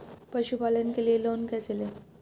पशुपालन के लिए लोन कैसे लें?